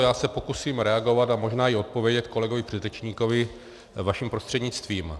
Já se pokusím reagovat a možná i odpovědět kolegovi předřečníkovi vaším prostřednictvím.